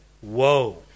whoa